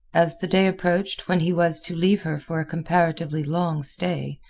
as the day approached when he was to leave her for a comparatively long stay,